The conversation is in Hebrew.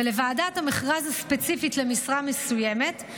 ולוועדת המכרז הספציפית למשרה מסוימת,